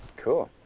cool.